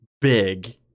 big